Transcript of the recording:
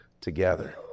together